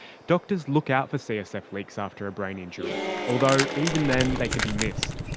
doctors look out for csf leaks after a brain injury, although even then they can be missed.